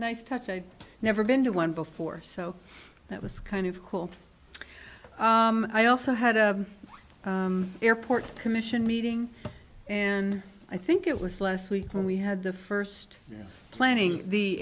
nice touch i'd never been to one before so that was kind of cool i also had a airport commission meeting and i think it was last week when we had the first planning the